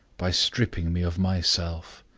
by stripping me of my self,